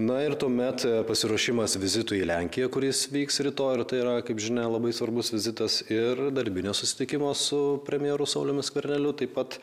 na ir tuomet pasiruošimas vizitui į lenkiją kuris vyks rytoj ir tai yra kaip žinia labai svarbus vizitas ir darbinio susitikimo su premjeru sauliumi skverneliu taip pat